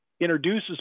introduces